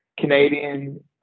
Canadian